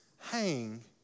hang